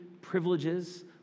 privileges